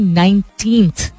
19th